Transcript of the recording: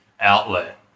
outlet